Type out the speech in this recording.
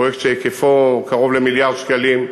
פרויקט שהיקפו קרוב למיליארד שקלים,